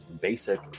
Basic